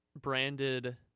branded